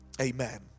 Amen